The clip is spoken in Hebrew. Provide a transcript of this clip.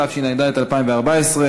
התשע"ד 2014,